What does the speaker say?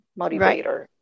motivator